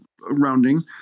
rounding